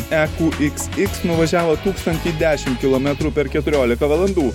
e kū iks iks nuvažiavo tūkstantį dešimt kilometrų per keturiolika valandų